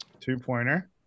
two-pointer